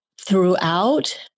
throughout